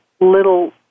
little